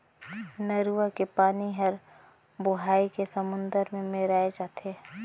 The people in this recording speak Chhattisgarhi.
नरूवा के पानी हर बोहाए के समुन्दर मे मेराय जाथे